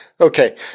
Okay